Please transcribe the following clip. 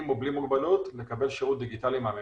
עם או בלי מוגבלות לקבל שירות דיגיטלי מהממשלה.